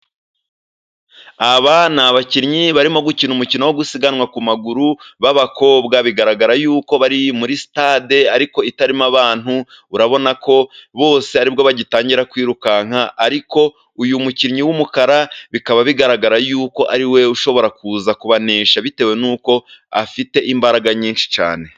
Aba ni abakinnyi barimo gukina umukino wo gusiganwa ku maguru b'abakobwa. Bigaragara yuko bari muri sitade ariko itarimo abantu. Urabona ko bose ari bwo bagitangira kwirukanka, ariko uyu mukinnyi w'umukara bikaba bigaragara yuko ariwe ushobora kuza kubanesha, bitewe n'uko afite imbaraga nyinshi cyane.